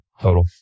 total